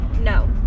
No